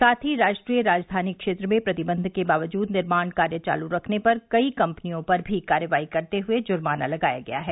साथ ही राष्ट्रीय राजधानी क्षेत्र में प्रतिबंध के बावजूद निर्माण कार्य चालू रखने पर कई कंपनियों पर भी कार्रवाई करते हुए जुर्माना लगाया गया है